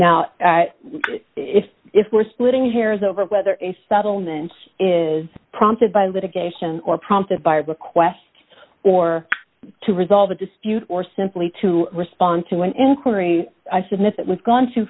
now if if we're splitting hairs over whether a settlement is prompted by litigation or prompted by request or to resolve a dispute or simply to respond to an inquiry i submit that we've gone too